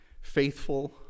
Faithful